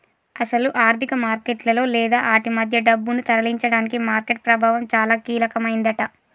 అసలు ఆర్థిక మార్కెట్లలో లేదా ఆటి మధ్య డబ్బును తరలించడానికి మార్కెట్ ప్రభావం చాలా కీలకమైందట